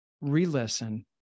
re-listen